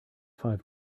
five